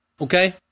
Okay